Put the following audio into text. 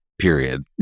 period